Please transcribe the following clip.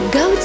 go